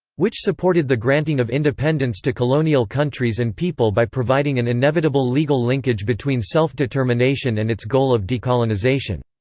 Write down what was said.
which supported the granting of independence to colonial countries and people by providing an inevitable legal linkage between self-determination and its goal of decolonisation.